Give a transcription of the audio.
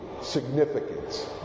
significance